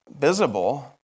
visible